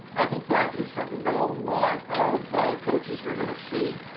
i think that is something that a lot of coaches you're gonna see.